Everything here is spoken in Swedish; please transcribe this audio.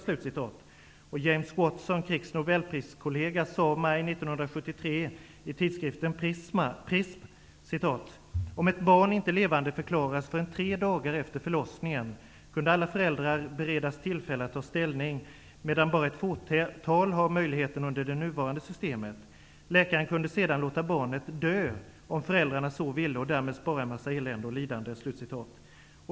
James Watson, Cricks Nobelpriskollega, sade i maj 1973 i tidskriften Prism: ''Om ett barn inte levandeförklaras förrän tre dagar efter förlossningen kunde alla föräldrar beredas tillfälle att ta ställning, medan bara ett fåtal har möjligheten under det nuvarande systemet. Läkaren kunde sedan låta barnet dö om föräldrarna så ville och därmed spara en massa elände och lidande.''